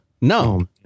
No